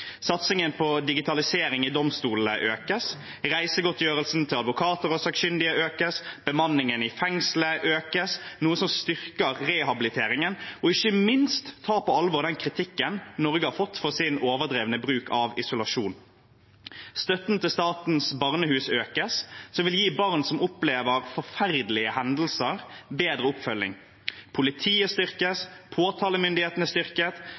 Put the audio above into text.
Satsingen på digitalisering i domstolene økes, reisegodtgjørelsen til advokater og sakkyndige økes, bemanningen i fengselet økes, noe som styrker rehabiliteringen og ikke minst tar på alvor den kritikken Norge har fått for sin overdrevne bruk av isolasjon. Støtten til Statens barnehus økes, noe som vil gi barn som opplever forferdelige hendelser, bedre oppfølging. Politiet styrkes, påtalemyndigheten er styrket,